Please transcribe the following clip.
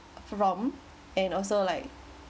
from and also like